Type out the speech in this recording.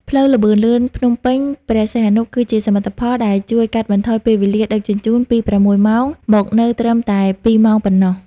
ផ្លូវល្បឿនលឿនភ្នំពេញ-ព្រះសីហនុ គឺជាសមិទ្ធផលដែលជួយកាត់បន្ថយពេលវេលាដឹកជញ្ជូនពី ៦ ម៉ោង មកនៅត្រឹមតែ ២ ម៉ោងប៉ុណ្ណោះ។